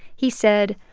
he said,